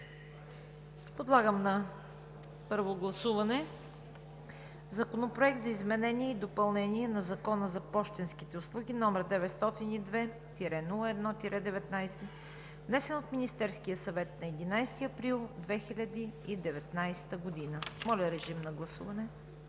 Подлагам на първо гласуване Законопроект за изменение и допълнение на Закона за пощенските услуги, № 902-01-19, внесен от Министерския съвет на 11 април 2019 г. Гласували